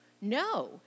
no